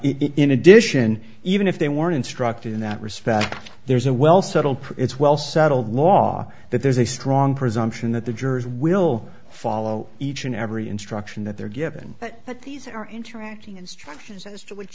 in addition even if they were instructed in that respect there's a well settled it's well settled law that there's a strong presumption that the jurors will follow each and every instruction that they're given but that these are interacting instructions as to what